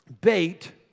bait